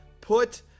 put